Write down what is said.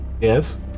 Yes